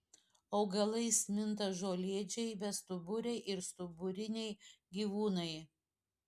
augalais minta žolėdžiai bestuburiai ir stuburiniai gyvūnai